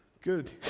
Good